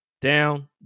Down